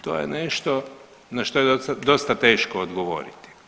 To je nešto na što je dosta teško odgovoriti.